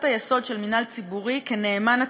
היסוד של מינהל ציבורי כנאמן הציבור: